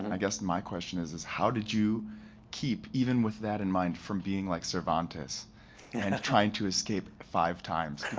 and i guess my question is, how did you keep, even with that in mind, from being like cervantes and trying to escape five times?